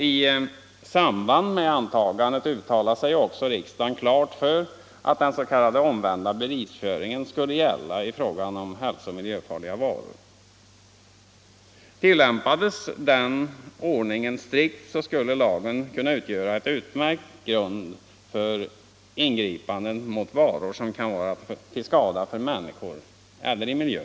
I samband med antagandet av lagen uttalade sig också riksdagen klart för att den s.k. omvända bevisföringen skulle gälla i fråga om hälsooch miljöfarliga varor. Tillämpades denna ordning strikt, skulle lagen kunna utgöra en utmärkt grund för ingri panden mot varor som kan vara till skada för människor eller miljö.